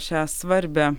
šią svarbią